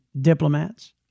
diplomats